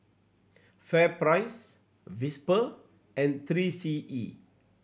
FairPrice Whisper and Three C E